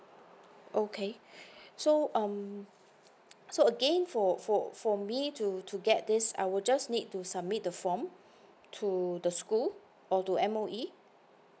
okay so um so again for for for me to to get this I will just need to submit the form to the school or to M_O_E